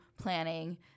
Planning